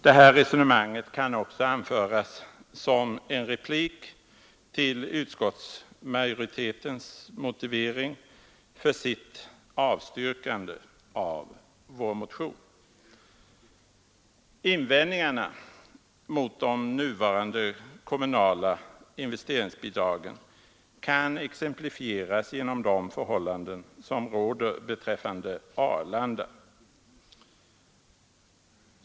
Detta resonemang kan också anföras som en replik till utskottsmajoritetens motivering för sitt avstyrkande av vår motion. Invändningarna mot de nuvarande kommunala investeringsbidragen kan exemplifieras genom de förhållanden som råder beträffande Arlanda.